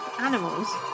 Animals